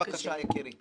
ניתחו והגיעו למסקנות.